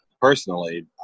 personally